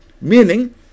meaning